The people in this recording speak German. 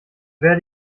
werde